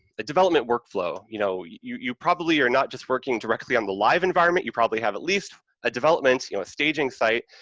ah development work flow, you know, you you probably are not just working directly on the live environment, you probably have at least a development, you know, a staging site,